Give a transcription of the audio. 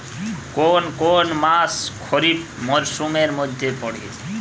কোন কোন মাস খরিফ মরসুমের মধ্যে পড়ে?